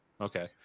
Okay